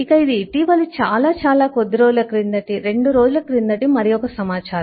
ఇక ఇది ఇటీవలి చాలా చాలా కొద్ది రోజుల క్రిందటి రెండు రోజుల క్రిందటి మరియొక సమాచారం